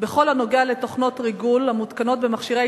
בכל הקשור לתוכנות ריגול המותקנות במכשירי